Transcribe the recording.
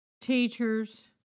teachers